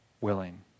willing